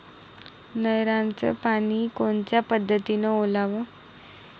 नयराचं पानी कोनच्या पद्धतीनं ओलाव?